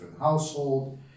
household